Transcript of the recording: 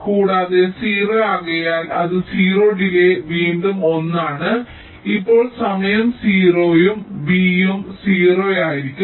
കൂടാതെ 0 ആകയാൽ അത് 0 ഡിലേയ് വീണ്ടും 1 ആണ് ഇപ്പോൾ സമയം 0 ഉം b ഉം 0 ആയിരിക്കും